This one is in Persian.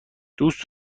دوست